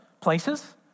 places